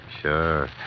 Sure